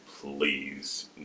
please